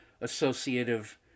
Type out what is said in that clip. associative